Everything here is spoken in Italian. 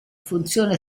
funzione